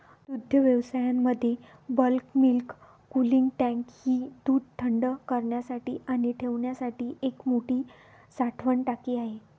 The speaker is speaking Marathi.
दुग्धव्यवसायामध्ये बल्क मिल्क कूलिंग टँक ही दूध थंड करण्यासाठी आणि ठेवण्यासाठी एक मोठी साठवण टाकी आहे